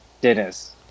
Dennis